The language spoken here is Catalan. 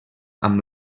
amb